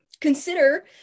Consider